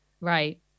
Right